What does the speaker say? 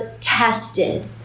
tested